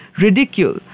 ridicule